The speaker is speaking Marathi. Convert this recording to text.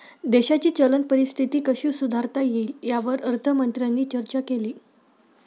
देशाची चलन परिस्थिती कशी सुधारता येईल, यावर अर्थमंत्र्यांनी चर्चा केली